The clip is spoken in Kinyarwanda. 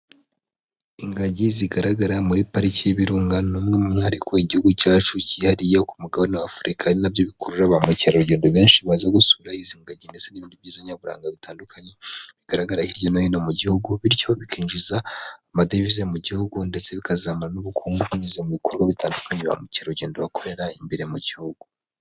Ingagi zigaragara muri pariki y'ibirunga ni umwe mu myihariko igihugu cyacu cyihariye ku mugabane w' Afurika, ari na byo bikurura ba mukerarugendo benshi baza gusura izi ngagi ndetse n'ibindi byiza nyaburanga bitandukanye bigaragara hirya no hino mu gihugu. Bityo bikinjiza amadevize mu gihugu ndetse bikazamura n'ubukungu, binyuze mu bikorwa bitandukanye ba mukerarugendo bakorera imbere mu gihugu.